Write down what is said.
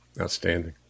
Outstanding